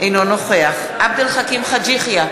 אינו נוכח עבד אל חכים חאג' יחיא,